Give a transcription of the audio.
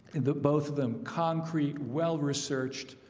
the both of them concrete well researched